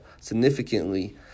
significantly